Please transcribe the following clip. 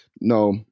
No